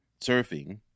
surfing